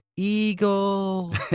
Eagle